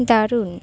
দারুণ